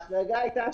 יש הגיון.